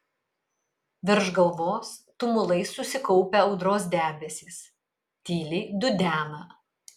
virš galvos tumulais susikaupę audros debesys tyliai dudena